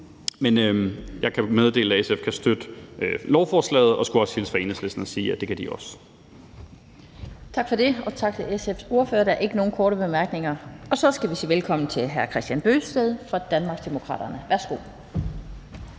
Men jeg kan meddele, at SF kan støtte lovforslaget, og skulle også hilse fra Enhedslisten og sige, at det kan de også. Kl. 12:58 Den fg. formand (Annette Lind): Tak til SF's ordfører. Der er ikke nogen korte bemærkninger. Så skal vi sige velkommen til hr. Kristian Bøgsted fra Danmarksdemokraterne. Værsgo.